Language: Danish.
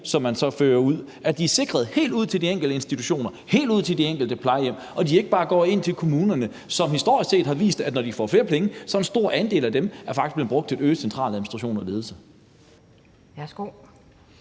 som man så fører ud, er sikret helt ud til de enkelte institutioner, helt ud til de enkelte plejehjem, og at de ikke bare går ind til kommunerne, som historisk set har vist, at når de får flere penge, så er en meget stor del af dem faktisk blevet brugt til øget centraladministration og ledelse. Kl.